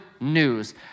news